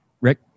Rick